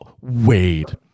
wait